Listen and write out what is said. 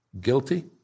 guilty